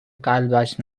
قلبش